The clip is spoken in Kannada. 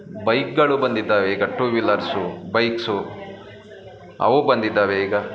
ಬೈಕ್ಗಳು ಬಂದಿದ್ದಾವೆ ಈಗ ಟು ವೀಲರ್ಸು ಬೈಕ್ಸು ಅವು ಬಂದಿದ್ದಾವೆ ಈಗ